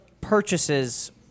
purchases